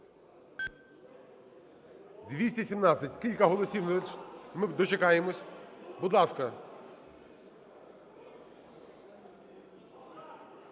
За-217 Кілька голосів. Ми дочекаємося. Будь ласка,